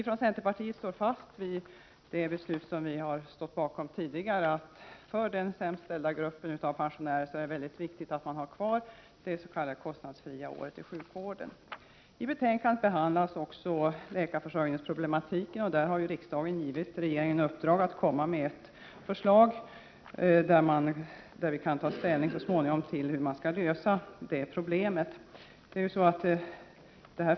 Från centerpartiets sida står vi fast vid det beslut som vi har stått bakom tidigare, dvs. att det är mycket viktigt att ha kvar det s.k. avgiftsfria året i sjukvården för den sämst ställda gruppen av pensionärer. I betänkandet behandlas också problemen med läkarförsörjningen. Riksdagen har ju givit regeringen i uppdrag att komma med ett förslag, så att vi så småningom kan ta ställning till hur man skall lösa det problemet.